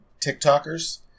TikTokers